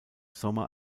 sommer